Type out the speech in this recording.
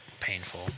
Painful